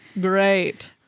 great